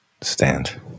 stand